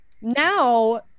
now